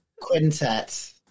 quintet